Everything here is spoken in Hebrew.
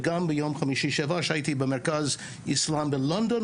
וגם ביום חמישי שעבר כשהייתי במרכז האסלאם בלונדון,